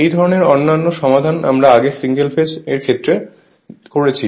এই ধরণের অন্যান্য সমাধান আমরা আগে সিঙ্গেল ফেজ এর জন্য করেছি